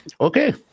Okay